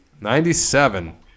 ninety-seven